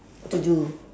to do